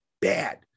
bad